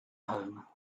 home